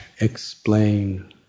explain